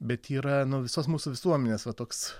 bet yra nu visos mūsų visuomenės va toks